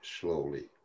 slowly